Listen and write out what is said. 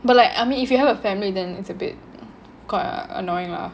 but like I mean if you have a family than its a bit annoying lah